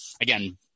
again